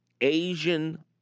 Asian